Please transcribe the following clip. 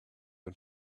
and